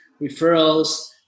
referrals